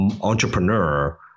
entrepreneur